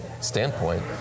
standpoint